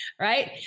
right